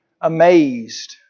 amazed